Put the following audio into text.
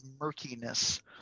murkiness